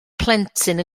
plentyn